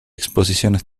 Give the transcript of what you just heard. exposiciones